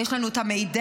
יש לנו את המידע,